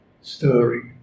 stirring